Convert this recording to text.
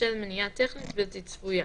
בשל מניעה טכנית בלתי צפויה.